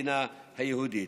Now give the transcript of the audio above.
המדינה היהודית.